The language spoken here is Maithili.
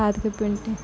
हाथके पेन्टिङ्ग